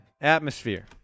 Atmosphere